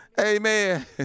Amen